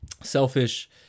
selfish